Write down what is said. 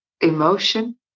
emotion